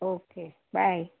okay bye